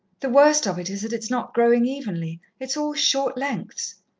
the worst of it is that it's not growing evenly, it's all short lengths.